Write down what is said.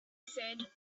said